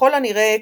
ככל הנראה,